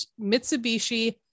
Mitsubishi